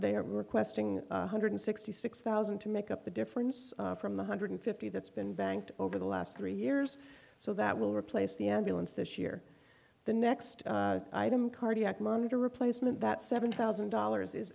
they are requesting one hundred sixty six thousand to make up the difference from the hundred fifty that's been banked over the last three years so that will replace the ambulance this year the next item cardiac monitor replacement that seven thousand dollars is